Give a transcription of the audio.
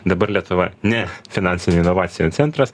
dabar lietuva ne finansinių inovacijų centras